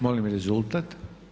Molim rezultat.